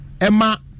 Emma